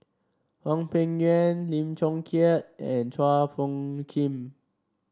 Hwang Peng Yuan Lim Chong Keat and Chua Phung Kim